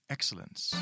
Excellence